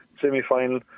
semi-final